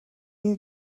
you